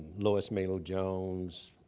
lois mailou jones,